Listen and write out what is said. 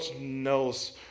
knows